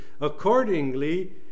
accordingly